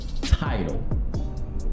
title